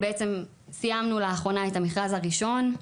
סיימנו לאחרונה את המכרז הראשון.